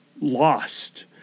lost